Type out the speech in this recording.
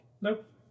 Nope